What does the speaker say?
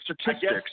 statistics